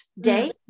day